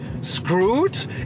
screwed